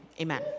Amen